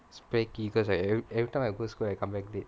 spare key because I ever~ every time I go square I come back late